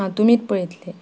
हां तुमीच पळयतले